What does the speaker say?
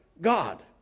God